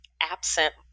absent